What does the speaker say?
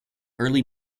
early